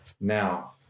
now